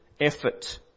effort